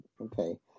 okay